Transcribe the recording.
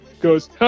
goes